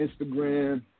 Instagram